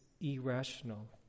irrational